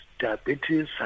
diabetes